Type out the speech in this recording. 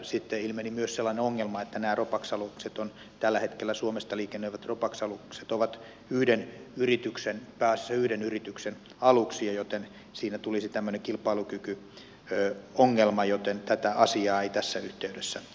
sitten ilmeni myös sellainen ongelma että nämä tällä hetkellä suomesta liikennöivät ropax alukset ovat yhden yrityksen aluksia joten siinä tulisi tämmöinen kilpailukykyongelma joten tätä asiaa ei tässä työssä